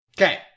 Okay